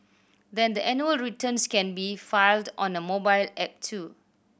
the annual returns can be filed on a mobile app too